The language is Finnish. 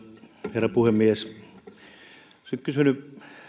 herra puhemies olisin kysynyt